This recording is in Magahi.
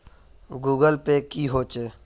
गूगल पै की होचे?